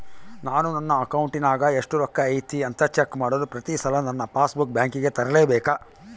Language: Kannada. ನಾನು ನನ್ನ ಅಕೌಂಟಿನಾಗ ಎಷ್ಟು ರೊಕ್ಕ ಐತಿ ಅಂತಾ ಚೆಕ್ ಮಾಡಲು ಪ್ರತಿ ಸಲ ನನ್ನ ಪಾಸ್ ಬುಕ್ ಬ್ಯಾಂಕಿಗೆ ತರಲೆಬೇಕಾ?